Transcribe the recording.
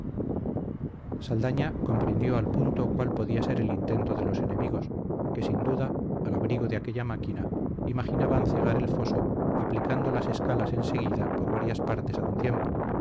saldaña comprendió al punto cuál podía ser el intento de los enemigos que sin duda al abrigo de aquella máquina imaginaban cegar el foso aplicando las escalas enseguida por varias partes a un tiempo